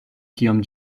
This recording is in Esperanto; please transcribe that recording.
kiom